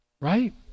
right